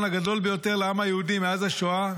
הגדול ביותר לעם היהודי מאז השואה,